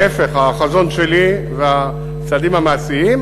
להפך, החזון שלי והצעדים המעשיים,